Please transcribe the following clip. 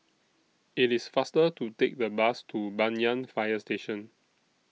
IT IS faster to Take The Bus to Banyan Fire Station